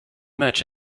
much